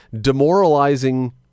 demoralizing